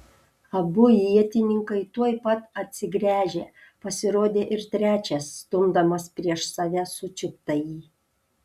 abu ietininkai tuoj pat atsigręžė pasirodė ir trečias stumdamas prieš save sučiuptąjį